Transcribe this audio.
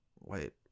wait